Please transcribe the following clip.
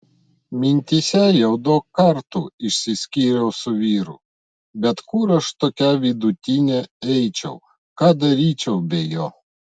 mintyse jau daug kartų išsiskyriau su vyru bet kur aš tokia vidutinė eičiau ką daryčiau be jo